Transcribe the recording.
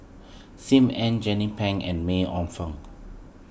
Sim Ann Jernnine Pang and May Ooi Fong